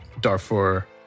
Darfur